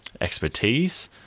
expertise